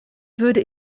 würde